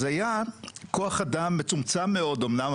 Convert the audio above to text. אז היה כוח אדם מצומצם מאוד אמנם,